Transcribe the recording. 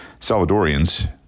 Salvadorians